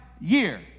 year